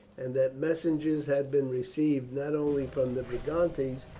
and that messengers had been received not only from the brigantes,